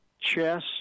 chess